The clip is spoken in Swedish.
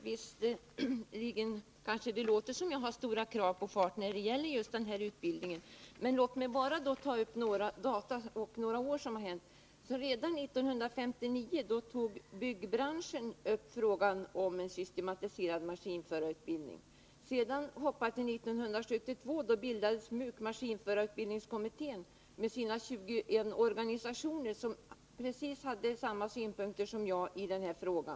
Herr talman! Det kanske låter som om jag har stora krav på fart när det gäller denna utbildning. Men låt mig redovisa några data i den här frågan. Redan 1959 tog byggbranschen upp frågan om en systematiserad maskinförarutbildning. 1972 bildades MUK, maskinförarutbildningskommittén. De 21 organisationer som var representerade i den hade precis samma synpunkter som jag på denna fråga.